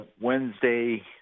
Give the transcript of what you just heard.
Wednesday